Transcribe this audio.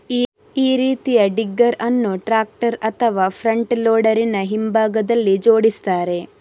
ಈ ರೀತಿಯ ಡಿಗ್ಗರ್ ಅನ್ನು ಟ್ರಾಕ್ಟರ್ ಅಥವಾ ಫ್ರಂಟ್ ಲೋಡರಿನ ಹಿಂಭಾಗದಲ್ಲಿ ಜೋಡಿಸ್ತಾರೆ